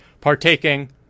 partaking